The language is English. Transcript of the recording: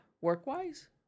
Work-wise